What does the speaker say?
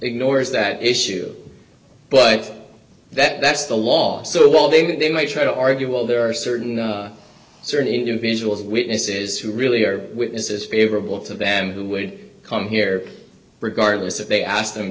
ignores that issue but that that's the law so loving that they may try to argue well there are certain certain individuals witnesses who really are witnesses favorable to them who would come here regardless if they asked them